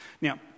Now